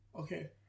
Okay